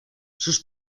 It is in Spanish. sus